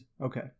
okay